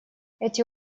эти